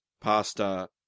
pasta